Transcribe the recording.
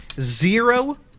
zero